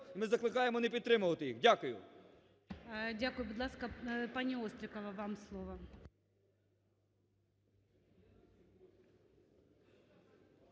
Ми закликаємо не підтримувати їх. Дякую. ГОЛОВУЮЧИЙ. Дякую. Будь ласка, пані Острікова, вам слово.